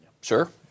Sure